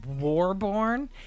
Warborn